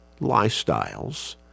lifestyles